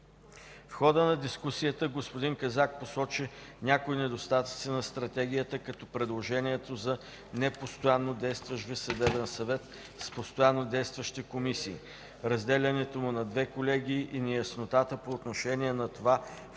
В хода на дискусията, господин Казак посочи някои недостатъци на Стратегията като предложението за непостоянно действащ Висш съдебен съвет с постоянно действащи комисии, разделянето му на две колегии и неяснотата по отношение на това,